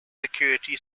security